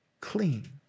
clean